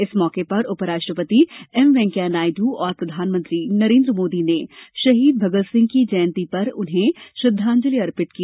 इस मौके पर उपराष्ट्रपति एम वैंकैया नायडू और प्रधानमंत्री नरेन्द्र मोदी ने शहीद भगत सिंह की जयंती पर उन्हें श्रद्वांजलि अर्पित की